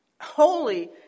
holy